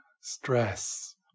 stress